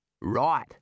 Right